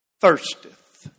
thirsteth